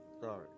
Sorry